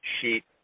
sheet